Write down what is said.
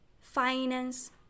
finance